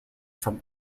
from